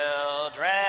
children